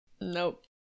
Nope